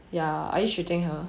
ya are you treating her